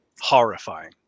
horrifying